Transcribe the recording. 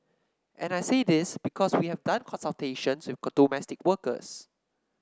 and I say this because we have done consultations with domestic workers